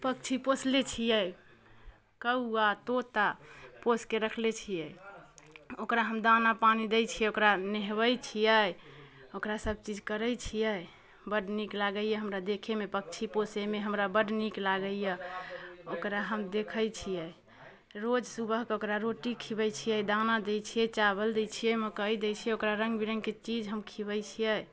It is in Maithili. पक्षी पोसले छियै कौआ तोता पोसके रखले छियै ओकरा हम दाना पानि दै छियै ओकरा नेहबै छियै ओकरा सब चीज करे छियै बड्ड नीक लागैये हमरा देखैमे पक्षी पोसैमे हमरा बड्ड नीक लागैये ओकरा हम देखै छियै रोज सुबहके ओकरा रोटी खीबे छियै दाना दै छियै चावल दै छियै मकई दै छियै ओकरा रङ्ग बिरङ्गके चीज हम खीबै छियै